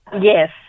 Yes